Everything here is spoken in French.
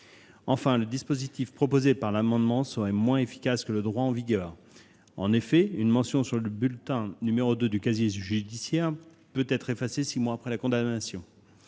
Enfin, le dispositif proposé au travers de cet amendement serait moins efficace que le droit en vigueur. En effet, une mention sur le bulletin n° 2 du casier judiciaire peut être effacée six mois après la condamnation